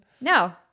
No